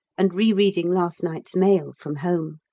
and re-reading last night's mail from home.